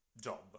job